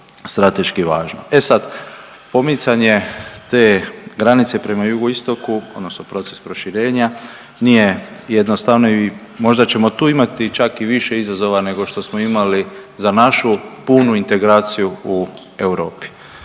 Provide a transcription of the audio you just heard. strateški važan. E sad, pomicanje te granice prema jugoistoku, odnosno proces proširenja nije jednostavno i možda ćemo tu imati čak i više izazova nego što smo imali za našu punu integraciju u Europi.